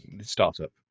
startup